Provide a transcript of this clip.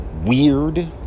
weird